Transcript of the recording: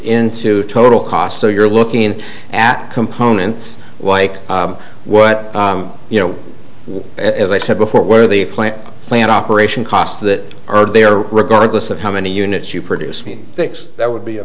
into total cost so you're looking at components like what you know as i said before where the plant plant operation costs that are there regardless of how many units you produce name fix that would be a